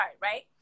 right